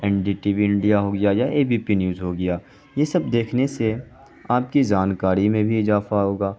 N D T V India ہو گیا یا اے بی پی نیوز ہو گیا یہ سب دیکھنے سے آپ کی جانکاری میں بھی اضافہ ہوگا